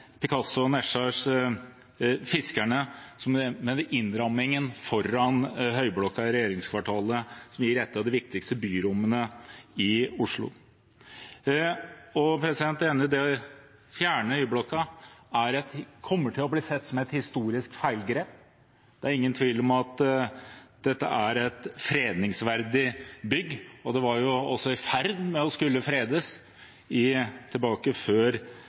Picasso og Nesjars «Fiskerne», med innrammingen foran Høyblokka i regjeringskvartalet, som gir et av de viktigste byrommene i Oslo. Det å fjerne Y-blokka kommer til å bli sett på som et historisk feilgrep. Det er ingen tvil om at dette er et fredningsverdig bygg, og det var jo også i ferd med å skulle fredes